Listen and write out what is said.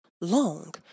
long